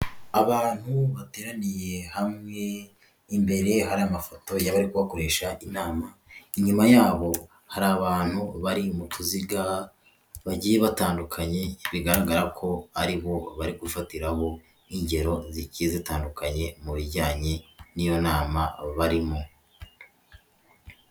Abantu bateraniye hamwe, imbere hari amafoto y'abari kubakoresha inama. Inyuma yabo hari abantu bari mu tuziga bagiye batandukanye bigaragara ko ari bo bari gufatiraho ingero zigiye zitandukanye mu bijyanye n'iyo nama barimo.